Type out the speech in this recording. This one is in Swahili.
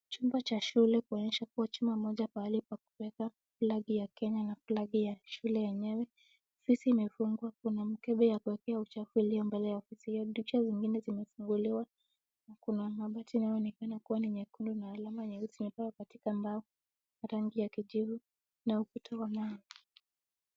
Chumba cha shule kuonyesha kuwa chuma moja pahali pa kuweka Flag ya Kenya na Flag ya shule yenyewe. Afisi imefungwa. Kuna mkebe ya kuekea uchafu iliyo mbele ya ofisi hiyo. Dirisha zingine zimefunguliwa na kuna mabati inayoonekana kuwa ni nyekundu na alama nyeusi imepakwa katika mbao, rangi ya kijivu na ukuta wa mawe.